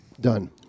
done